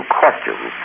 questions